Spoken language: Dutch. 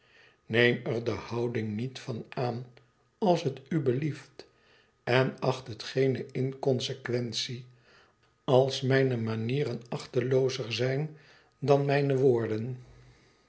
neem er de houding niet van aan als t u blieft en acht het geene inconsequentie als mijne manieren achteloozer zijn dan mijne woorden